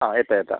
ആ എത്താം എത്താം